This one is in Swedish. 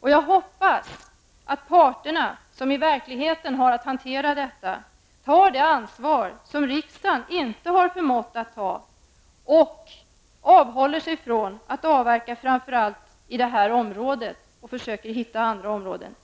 Jag hoppas att parterna som i verkligheten har att hantera detta tar det ansvar som riksdagen inte har förmått att ta och avhåller sig från att avverka framför allt i det här området och försöker hitta andra områden.